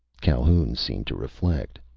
calhoun seemed to reflect.